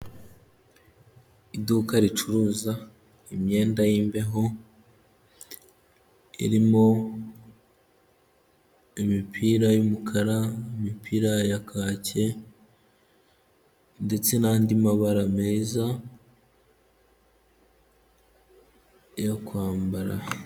Iduka ricuruza imyenda y'imbeho, irimo imipira y'umukara, imipira ya kake ndetse n'andi mabara meza yo kwambara.